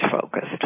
focused